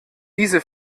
diese